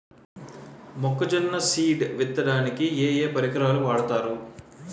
మొక్కజొన్న సీడ్ విత్తడానికి ఏ ఏ పరికరాలు వాడతారు?